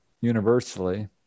universally